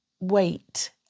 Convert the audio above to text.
wait